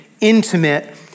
intimate